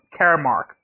Caremark